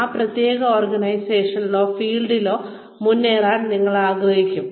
ആ പ്രത്യേക ഓർഗനൈസേഷനിലോ ഫീൽഡിലോ മുന്നേറാൻ നിങ്ങൾ ആഗ്രഹിക്കും